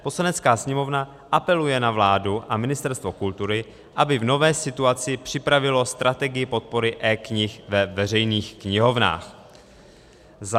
Poslanecká sněmovna apeluje na vládu a Ministerstvo kultury, aby v nové situaci připravilo strategii podpory eknih ve veřejných knihovnách.